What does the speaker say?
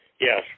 yes